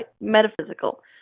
metaphysical